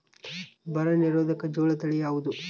ಬರ ನಿರೋಧಕ ಜೋಳ ತಳಿ ಯಾವುದು?